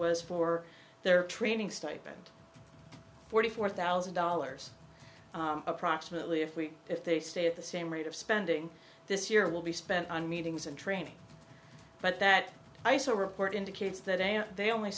was for their training stipend forty four thousand dollars approximately if we if they stay at the same rate of spending this year will be spent on meetings and training but that i saw report indicates that they